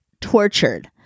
tortured